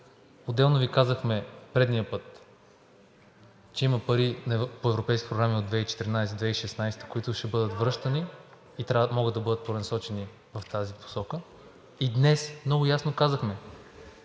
Отделно Ви казахме предния път, че има пари по европейски програми от 2014 г. – 2016 г., които ще бъдат връщани и могат да бъдат пренасочени в тази посока. Днес много ясно казахме